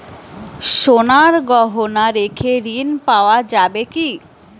সোনার গহনা রেখে ঋণ পাওয়া যাবে কি?